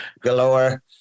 galore